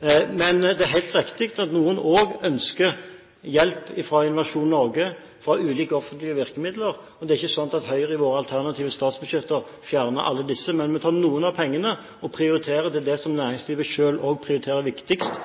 Det er helt riktig at noen også ønsker hjelp fra Innovasjon Norge, fra ulike offentlige virkemidler. Men det er ikke slik at Høyre i sitt alternative statsbudsjett fjerner alle disse – vi tar noen av pengene og prioriterer det som næringslivet selv prioriterer, nemlig bedre infrastruktur og